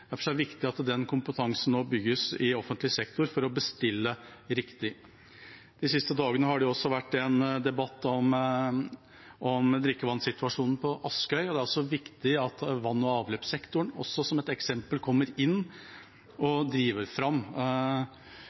Derfor er det viktig at den kompetansen nå bygges i offentlig sektor, slik at man kan bestille riktig. De siste dagene har det vært en debatt om drikkevannssituasjonen på Askøy, og det er også viktig at vann- og avløpssektoren – også som et eksempel – kommer inn og driver fram